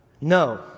No